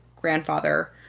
grandfather